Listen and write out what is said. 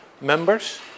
members